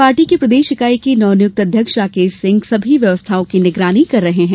party की प्रदेश इकाई के नवनियुक्त अध्यक्ष राकेश सिंह सभी व्यवस्थाओं की निगरानी कर रहे हैं